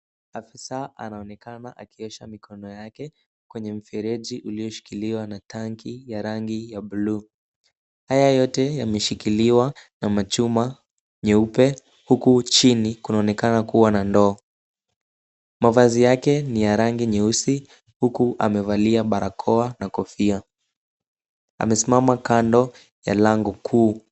Afisa anaonekana akiosha mikono yake kwenye mfereji ulioshikiliwa na tanki ya rangi ya buluu. Haya yote yameshikiliwa na machuma nyeupe, huku chini kunaonekana kuwa na ndoo. Mavazi yake ni ya rangi nyeusi huku amevalia barakoa na kofia. Amesimama kando ya lango kuu.